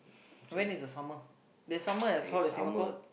when is the summer their summer as hot as Singapore